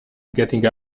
getting